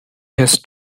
has